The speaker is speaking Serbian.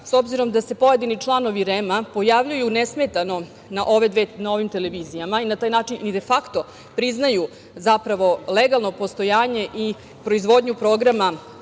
S obzirom da se pojedini članovi REM-a pojavljuju nesmetano na ovim televizijama i na taj način i de fakto priznaju, zapravo, legalno postojanje i proizvodnju programa